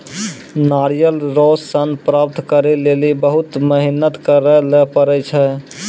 नारियल रो सन प्राप्त करै लेली बहुत मेहनत करै ले पड़ै छै